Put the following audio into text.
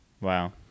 Wow